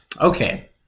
Okay